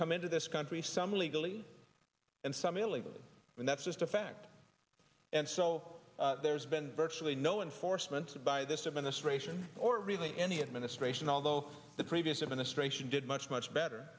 come into this country some legally and some illegally and that's just a fact and so there's been virtually no enforcement by this administration or really any administration although the previous administration did much much better